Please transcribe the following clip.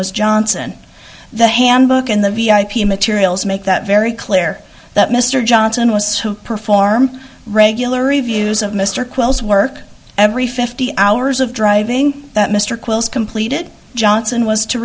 was johnson the handbook and the v i p materials make that very clear that mr johnson was who perform regular reviews of mr qualls work every fifty hours of driving that mr quills completed johnson was to